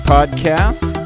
Podcast